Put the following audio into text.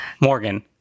Morgan